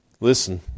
Listen